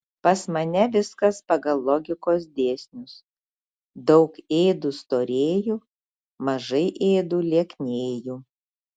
pas mane viskas pagal logikos dėsnius daug ėdu storėju mažai ėdu lieknėju